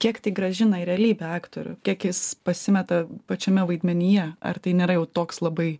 kiek tai grąžina į realybę aktorių kiek jis pasimeta pačiame vaidmenyje ar tai nėra jau toks labai